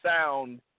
sound